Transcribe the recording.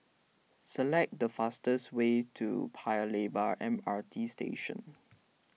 select the fastest way to Paya Lebar M R T Station